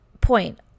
point